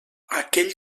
aquell